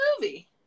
movie